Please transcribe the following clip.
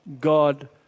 God